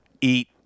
eat